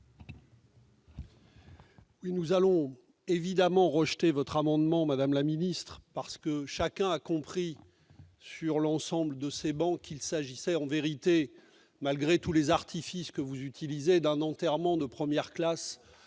Nous allons évidemment rejeter votre amendement, madame la ministre, car, sur l'ensemble de ces travées, chacun a compris qu'il s'agissait en vérité, malgré tous les artifices que vous utilisez, d'un enterrement de première classe